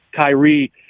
Kyrie